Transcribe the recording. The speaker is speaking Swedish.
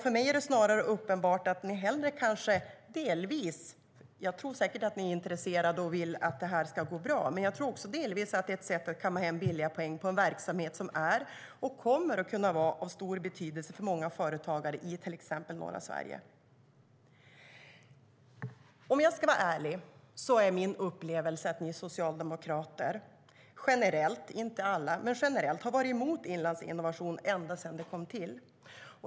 För mig är det snarare uppenbart att ni hellre kanske delvis - jag tror säkert att ni är intresserade och vill att detta ska gå bra - kammar hem billiga poäng på en verksamhet som är och kommer att kunna vara av stor betydelse för många företagare i till exempel norra Sverige. Om jag ska vara ärlig är min upplevelse att ni socialdemokrater generellt - inte alla - har varit emot Inlandsinnovation ända sedan det kom till.